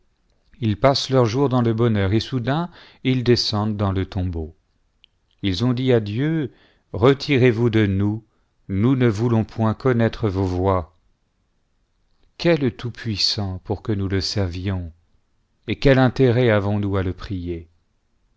us jiassent leurs jours dans le bonheur et soudain ils descendent dans le tombeau ils ont dit à dieu retirez-vous de nous nous ne voulons point connaître vos voies quel tout-puissant pour que nous le servions et quel intérêt avonsnous à le prier